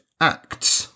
acts